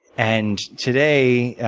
and today,